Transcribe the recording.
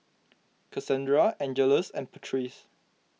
Casandra Angeles and Patrice